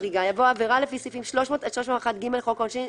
הריגה" יבוא "עבירה לפי סעיפים 300 עד 301ג לחוק העונשין,